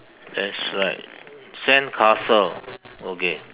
there's like sandcastle okay